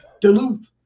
Duluth